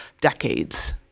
decades